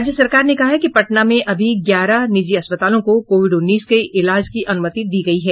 राज्य सरकार ने कहा है कि पटना में अभी ग्यारह निजी अस्पतालों को कोविड उन्नीस के इलाज की अनुमति दी गयी है